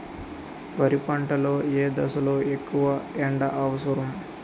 వరి పంట లో ఏ దశ లొ ఎక్కువ ఎండా అవసరం?